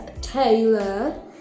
Taylor